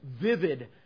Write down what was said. vivid